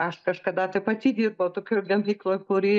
aš kažkada tai pati dirbau tokioj gamykloj kuri